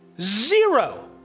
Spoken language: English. Zero